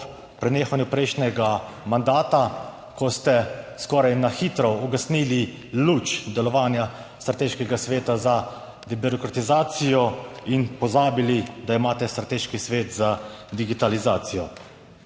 prenehanju prejšnjega mandata, ko ste skoraj na hitro ugasnili luč delovanja strateškega sveta za debirokratizacijo in pozabili, da imate strateški svet za digitalizacijo.